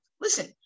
listen